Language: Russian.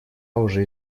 уже